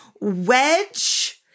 wedge